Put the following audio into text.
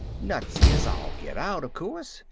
nutsy as all get out, of course,